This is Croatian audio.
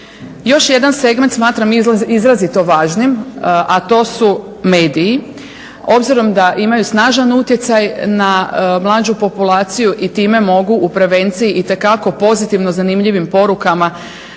Još jedan segment smatram izrazito važnim, a to su mediji. Obzirom da imaju snažan utjecaj na mlađu populaciju i time mogu u prevenciji itekako pozitivno zanimljivim porukama